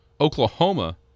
Oklahoma